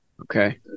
Okay